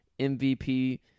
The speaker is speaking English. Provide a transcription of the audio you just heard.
MVP